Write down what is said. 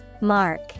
Mark